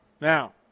Now